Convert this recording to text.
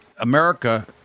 america